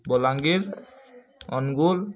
Balangir Angul